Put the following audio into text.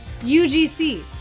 UGC